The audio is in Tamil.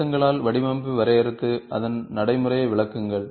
அம்சங்களால் வடிவமைப்பை வரையறுத்து அதன் நடைமுறையை விளக்குங்கள்